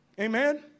Amen